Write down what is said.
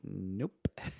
nope